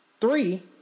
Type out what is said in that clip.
Three